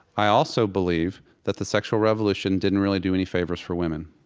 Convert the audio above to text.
i also believe that the sexual revolution didn't really do any favors for women.